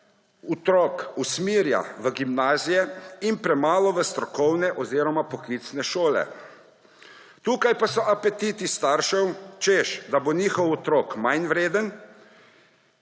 otrok usmerja v gimnazije in premalo v strokovne oziroma poklicne šole. Tukaj pa so apetiti staršev, češ da bo njihov otrok manjvreden